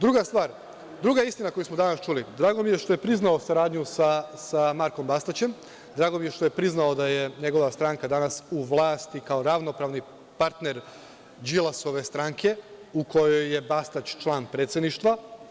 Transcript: Druga stvar, druga istina koju smo danas čuli, drago mi je što je priznao saradnju sa Markom Bastaćem, drago mi je što je priznao da je njegova stranka danas u vlasti kao ravnopravni partner Đilasove stranke u kojoj je Bastać član predsedništva.